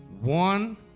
One